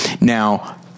Now